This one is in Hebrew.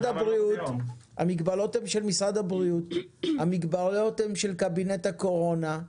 המגבלות הן של משרד הבריאות ושל קבינט הקורונה.